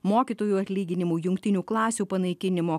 mokytojų atlyginimų jungtinių klasių panaikinimo